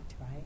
right